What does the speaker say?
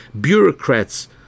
bureaucrats